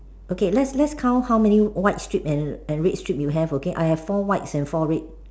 okay let's let's count how many white strips and red strips we have okay I have four whites and four red